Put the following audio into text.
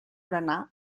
berenar